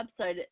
website